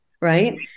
Right